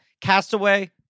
Castaway